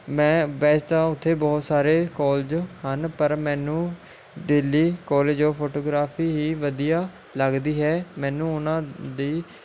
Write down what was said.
ਮੈਂ ਵੈਸੇ ਤਾਂ ਉੱਥੇ ਬਹੁਤ ਸਾਰੇ ਕੋਲਜ ਹਨ ਪਰ ਮੈਨੂੰ ਦਿੱਲੀ ਕੋਲਜ ਔਫ ਫੋਟੋਗ੍ਰਾਫੀ ਹੀ ਵਧੀਆ ਲੱਗਦੀ ਹੈ ਮੈਨੂੰ ਉਹਨਾਂ ਦੀ